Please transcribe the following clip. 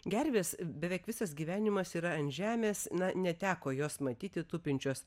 gervės beveik visas gyvenimas yra ant žemės na neteko jos matyti tupinčios